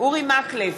אורי מקלב,